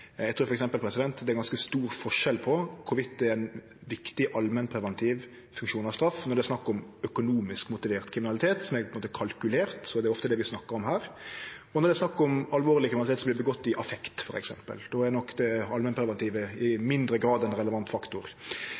Eg trur f.eks. det er ganske stor forskjell på om det er ein viktig allmennpreventiv funksjon av straff, når det er snakk om økonomisk motivert kriminalitet, som på ein måte er kalkulert, og det er ofte det vi snakkar om her, og når det er snakk om alvorleg kriminalitet som vert gjord i affekt, f.eks. Då er nok det allmennpreventive i mindre grad ein relevant faktor.